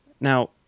now